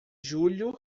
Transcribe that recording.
julho